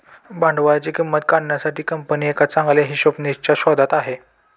भांडवलाची किंमत काढण्यासाठी कंपनी एका चांगल्या हिशोबनीसच्या शोधात आहे